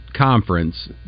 conference